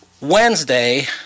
Wednesday